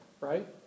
right